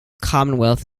commonwealth